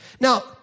Now